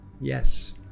Yes